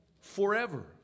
forever